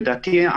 לדעתי,